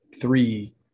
three –